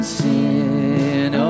sin